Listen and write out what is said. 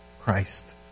Christ